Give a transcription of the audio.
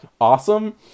awesome